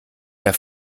der